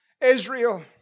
Israel